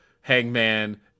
Hangman